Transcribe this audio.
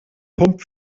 pump